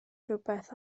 rhywbeth